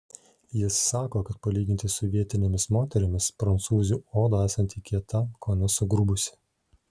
jis sako kad palyginti su vietinėmis moterimis prancūzių oda esanti kieta kone sugrubusi